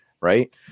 right